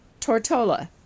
Tortola